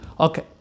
Okay